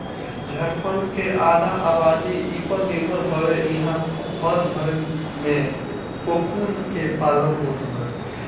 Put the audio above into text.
झारखण्ड के आधा आबादी इ पर निर्भर हवे इहां हर घरे में कोकून के पालन होत हवे